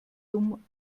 dumm